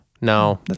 No